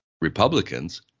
Republicans